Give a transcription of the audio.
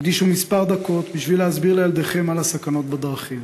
הקדישו כמה דקות להסביר לילדיכם על הסכנות בדרכים,